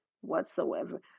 whatsoever